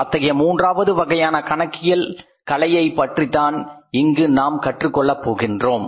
அத்தகைய மூன்றாவது வகையான கணக்கியல் கலையைப்பற்றித்தான் இங்கு நாம் கற்றுக் கொள்ளப் போகின்றோம்